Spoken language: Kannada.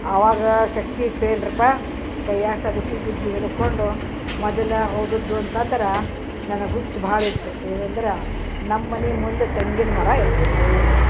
ಆವಾಗ ಶಕ್ತಿ ಇತ್ತು ಏನ್ರಪ್ಪ ಕೈಯಾಗ ಸಲಕಿ ಗುದ್ಲಿ ಹಿಡ್ಕೊಂಡು ಮೊದಲ ಹೋದುದ್ದು ಅಂತಂದ್ರ ನನಗೆ ಹುಚ್ಚು ಭಾಳಿತ್ತು ಏನಂದ್ರ ನಮ್ಮನೆ ಮುಂದೆ ತೆಂಗಿನ ಮರ ಇರಬೇಕು